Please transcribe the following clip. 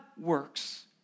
works